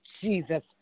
Jesus